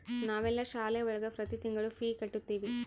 ನಾವೆಲ್ಲ ಶಾಲೆ ಒಳಗ ಪ್ರತಿ ತಿಂಗಳು ಫೀ ಕಟ್ಟುತಿವಿ